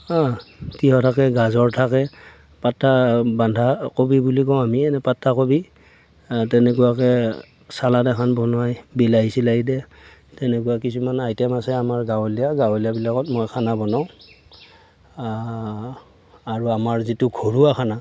তিঁয়হ থাকে গাজৰ থাকে পাতা বান্ধা কবি বুলি কওঁ আমি এনে পাতা কবি তেনেকুৱাকৈ চালাদ এখন বনাই বিলাহী চিলাহী দিয়ে তেনেকুৱা কিছুমান আইটেম আছে আমাৰ গাঁৱলীয়া গাঁৱলীয়াবিলাকত মই খানা বনাওঁ আৰু আমাৰ যিটো ঘৰুৱা খানা